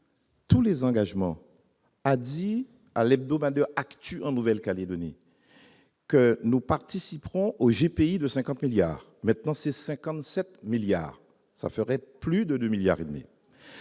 tous les engagements, a dit à l'hebdomadaire actu en Nouvelle-Calédonie que nous participerons au GP de 50 milliards maintenant c'est 57 milliards ça ferait plus de 2 milliards